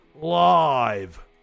live